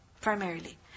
primarily